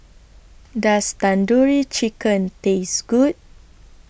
Does Tandoori Chicken Taste Good